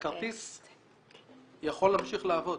והכרטיס יכול להמשיך לעבוד.